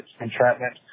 entrapment